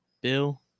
Bill